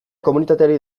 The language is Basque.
komunitateari